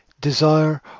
Desire